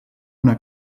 una